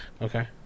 Okay